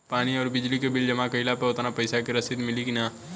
पानी आउरबिजली के बिल जमा कईला पर उतना पईसा के रसिद मिली की न?